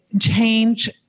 change